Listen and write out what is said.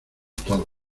todos